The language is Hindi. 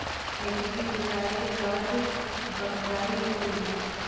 खेती की जुताई के बाद बख्राई होती हैं?